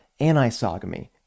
anisogamy